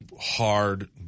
hard